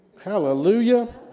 Hallelujah